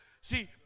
See